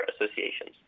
associations